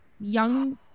young